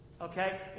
Okay